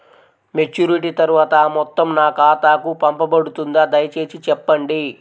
Maturity తర్వాత ఆ మొత్తం నా ఖాతాకు పంపబడుతుందా? దయచేసి చెప్పండి?